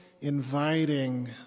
inviting